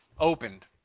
Opened